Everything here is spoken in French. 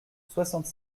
soixante